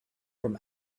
from